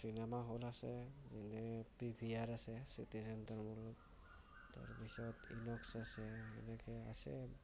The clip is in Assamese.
চিনেমা হল আছে যেনে পিভিআৰ আছে চিটি চেণ্টাৰ মলত তাৰপাছত ইনক্স আছে এনেকৈ আছে